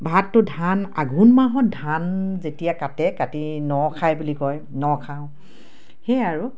ভাতটো ধান আঘোণ মাহত ধান যেতিয়া কাটে কাটি ন খায় বুলি কয় ন খাওঁ সেয়াই আৰু